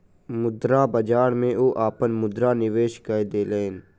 मुद्रा बाजार में ओ अपन मुद्रा निवेश कय देलैन